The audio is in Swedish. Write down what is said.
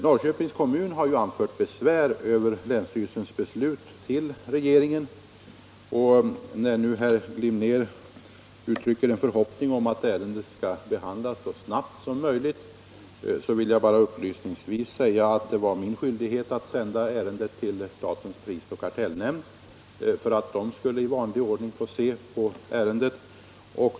Norrköpings kommun har ju anfört besvär till regeringen över länsstyrelsens beslut, och när nu herr Glimnér uttrycker en förhoppning om att ärendet skall behandlas så snabbt som möjligt vill jag bara upplysningsvis säga, att det var min skyldighet att sända över ärendet till statens prisoch kartellnämnd för att i vanlig ordning låta den få se på ärendet.